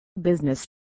business